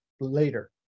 later